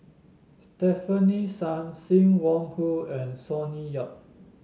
Stefanie Sun Sim Wong Hoo and Sonny Yap